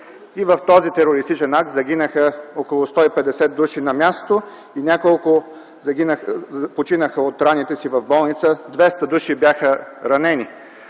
В този терористичен акт загинаха около 150 души на място и няколко починаха от раните си в болница, 200 души бяха ранени.